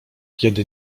kiedy